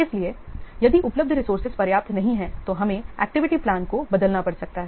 इसलिए यदि उपलब्ध रिसोर्सेज पर्याप्त नहीं हैं तो हमें एक्टिविटी प्लान को बदलना पड़ सकता है